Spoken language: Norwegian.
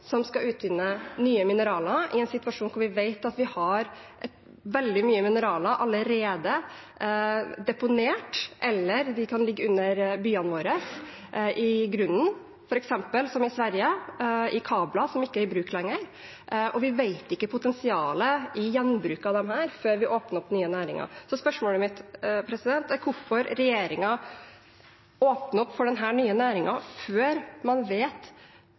som skal utvinne nye mineraler i en situasjon hvor vi vet at vi allerede har veldig mye mineraler deponert eller liggende under byene våre, i grunnen, f.eks. som i Sverige, i kabler som ikke er i bruk lenger – at vi ikke vet potensialet i gjenbruk av disse før vi åpner opp nye næringer. Så spørsmålet mitt er hvorfor regjeringen åpner opp for denne nye næringen før man vet